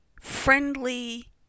friendly